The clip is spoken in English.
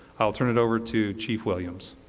i'll turn it over to chief williams.